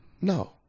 No